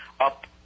up